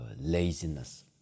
laziness